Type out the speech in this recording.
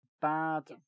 Bad